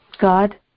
God